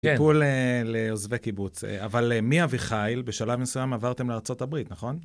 טיפול לעוזבי קיבוץ, אבל מאביחיל בשלב מסוים עברתם לארה״ב, נכון?